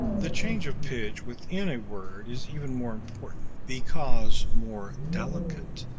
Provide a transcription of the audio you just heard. the change of pitch within a word is even more important, because more delicate,